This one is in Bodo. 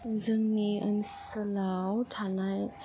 जोंनि ओनसोलाव थानाय